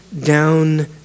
down